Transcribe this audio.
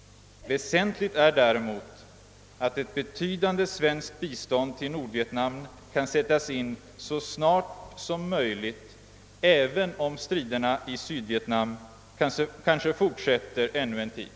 Väsentligt är däremot att ett betydande svenskt bistånd till Nordvietnam kan sättas in så snart som möjligt, även om striderna i Sydvietnam kanske fortsätter ännu en tid.